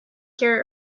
here